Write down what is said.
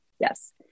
Yes